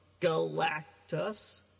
Galactus